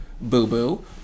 boo-boo